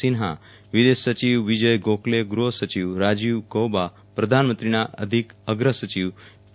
સિન્હા વિદેશ સચિવ વિજય ગોખલે ગ્રહ સચિવ રાજીવ ગોબા પ્રધાનમંત્રીના અધિક અગ્ર સચિવ પી